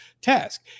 task